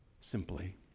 simply